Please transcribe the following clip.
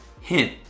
Hint